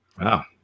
Wow